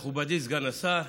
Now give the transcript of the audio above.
מכובדי סגן השר,